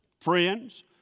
friends